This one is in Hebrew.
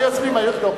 היוזמים.